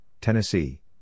Tennessee